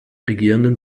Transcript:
regierenden